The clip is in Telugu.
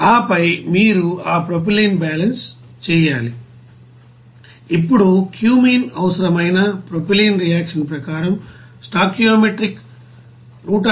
ఆపై మీరు ఆ ప్రొపైలిన్ బ్యాలెన్స్ చేయాలి ఇప్పుడు క్యూమీన్ అవసరమైన ప్రొపైలిన్ రియాక్షన్ ప్రకారం స్టోయికియోమెట్రిక్ 173